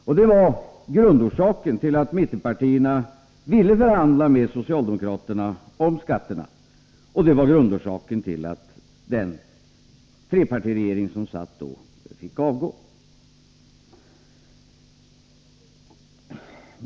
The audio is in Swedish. Detta var grundorsaken till att mittenpartierna ville förhandla med socialdemokraterna om skatterna, och det var grundorsaken till att den trepartiregering som satt då fick avgå.